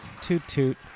toot-toot